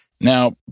Now